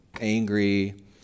angry